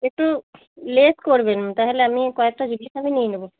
একটু লেস করবেন তাহলে আমি কয়েকটা জিনিস আমি নিয়ে নেবো